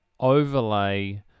overlay